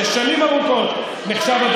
ששנים ארוכות נחשב,